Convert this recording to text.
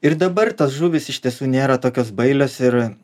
ir dabar tos žuvys iš tiesų nėra tokios bailios ir